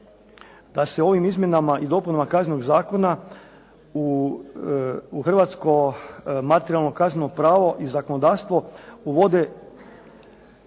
da se ovim izmjenama i dopunama Kaznenog zakona u hrvatsko materijalno kazneno pravo i zakonodavstvo uvode